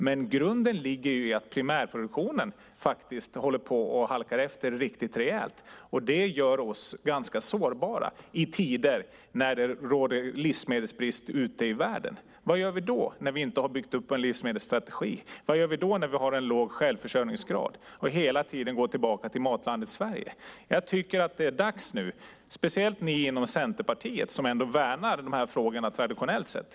Men grunden ligger i att primärproduktionen håller på att halka efter riktigt rejält. Det gör oss ganska sårbara i tider när det råder livsmedelsbrist ute i världen. Vad gör vi då, när vi inte har byggt upp en livsmedelsstrategi? Vad gör vi när vi har en låg självförsörjningsgrad och hela tiden går tillbaka till Matlandet Sverige? Jag tycker att det är dags nu. Det gäller speciellt er inom Centerpartiet som ändå värnar dessa frågor traditionellt sätt.